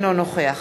אינו נוכח